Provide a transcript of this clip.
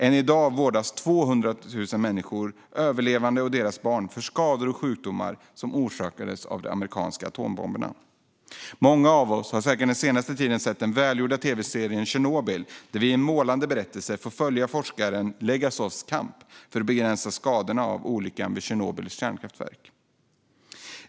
Än i dag vårdas 200 000 människor, överlevande och deras barn, för skador och sjukdomar orsakade av de amerikanska bomberna. Många av oss har säkert den senaste tiden sett den välgjorda tv-serien Chernobyl . I en målande berättelse får vi följa forskaren Legasovs kamp för att begränsa skadorna av olyckan vid Tjernobyls kärnkraftverk.